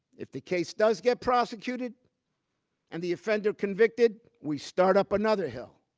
if the case does get prosecuted and the offender convicted, we start up another hill.